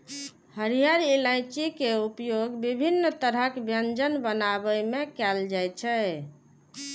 हरियर इलायची के उपयोग विभिन्न तरहक व्यंजन बनाबै मे कैल जाइ छै